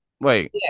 wait